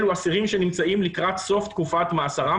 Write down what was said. אלו אסירים שנמצאים לקראת סוף תקופת מאסרם,